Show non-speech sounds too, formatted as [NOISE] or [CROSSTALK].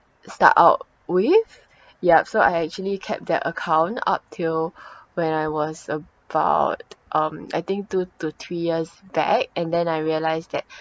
start out with yup so I actually kept that account up til [BREATH] when I was about um I think two to three years back and then I realised that